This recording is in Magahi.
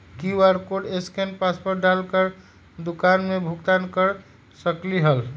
कियु.आर कोड स्केन पासवर्ड डाल कर दुकान में भुगतान कर सकलीहल?